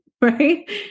Right